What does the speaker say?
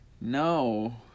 No